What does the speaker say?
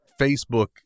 Facebook